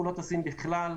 אנחנו לא טסים בכלל.